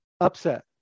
upset